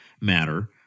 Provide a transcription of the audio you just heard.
matter